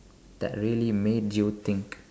that really made you think